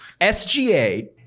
SGA